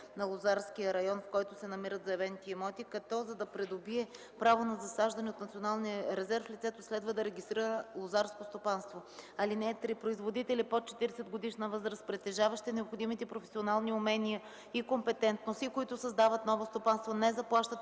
на лозарския район, в който се намират заявените имоти, като, за да придобие право на засаждане от Националния резерв, лицето следва да регистрира лозарско стопанство. (3) Производители под 40-годишна възраст, притежаващи необходимите професионални умения и компетентност и които създават ново стопанство, не заплащат